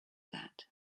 that